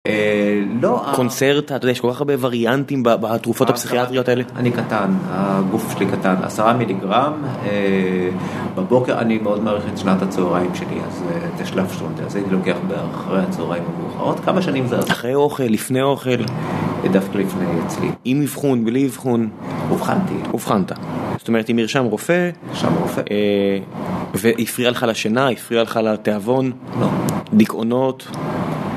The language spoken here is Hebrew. לא, קונצרטה, אתה יודע, יש כל כך הרבה וריאנטים בתרופות הפסיכיאטריות האלה. אני קטן, הגוף שלי קטן, עשרה מיליגרם בבוקר... אני מאוד מעריך את שנת הצהריים שלי אז, את השלאפשטונדה, אז הייתי לוקח אותה אחרי הצהריים המאוחרות כמה שנים זה עזר... אחרי אוכל, לפני אוכל, דווקא לפני, אצלי עם אבחון, בלי אבחון, אובחנתי, אובחנת, זאת אומרת עם מרשם רופא, מרשם רופא, והפריע לך לשינה, הפריע לך לתיאבון? לא. דיכאונות?